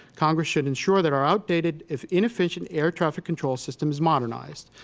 congress should ensure that our outdated if inefficient air traffic control system is modernized.